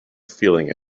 feeling